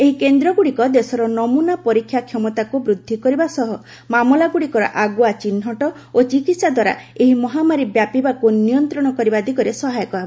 ଏହି କେନ୍ଦ୍ରଗୁଡିକ ଦେଶର ନମୁନା ପରୀକ୍ଷା କ୍ଷମତାକୁ ବୃଦ୍ଧି କରିବା ସହ ମାମଲାଗୁଡିକର ଆଗୁଆ ଚିହ୍ନଟ ଓ ଚିକିତ୍ସା ଦ୍ୱାରା ଏହି ମହାମାରୀ ବ୍ୟାପିକାକୁ ନିୟନ୍ତ୍ରଣ କରିବା ଦିଗରେ ସହାୟକ ହେବ